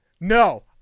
no